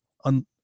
on